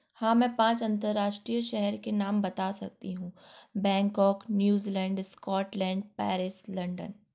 हाँ मैं पाँच अंतरराष्ट्रीय शहर के नाम बता सकती हूँ Bangkok New Zealand Scotland Paris London